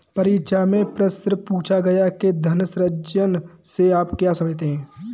परीक्षा में प्रश्न पूछा गया कि धन सृजन से आप क्या समझते हैं?